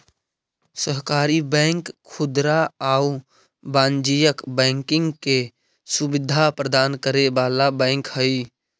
सहकारी बैंक खुदरा आउ वाणिज्यिक बैंकिंग के सुविधा प्रदान करे वाला बैंक हइ